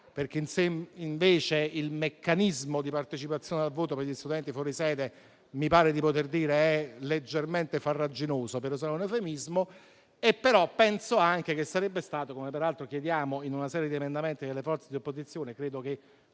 perché il meccanismo di partecipazione al voto per gli studenti fuori sede - mi pare di poter dire - è leggermente farraginoso, per usare un eufemismo; penso anche che sarebbe stato giusto, come peraltro chiediamo in una serie di emendamenti che tutte le forze di opposizione hanno